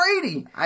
Brady